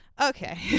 okay